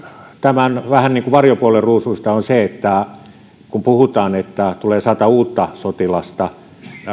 tämän vähän niin kuin varjopuolen ruusuista on se että kun puhutaan että puolustusvoimille tulee sata uutta sotilasta